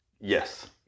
Yes